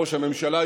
ראש הממשלה,